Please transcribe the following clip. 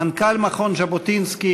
מנכ"ל מכון ז'בוטינסקי,